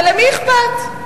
אבל למי אכפת?